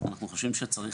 אנחנו חושבים שצריך,